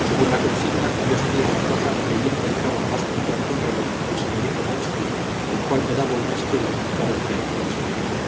según la consigna yo salía a la plaza y allí encontraba más puntual que un reloj al señorito malespina el cual me daba una esquela para entregarla a mi señorita